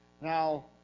Now